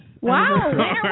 Wow